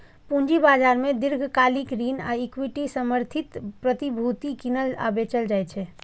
पूंजी बाजार मे दीर्घकालिक ऋण आ इक्विटी समर्थित प्रतिभूति कीनल आ बेचल जाइ छै